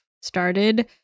started